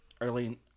early